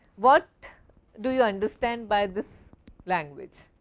what do you understand by this language?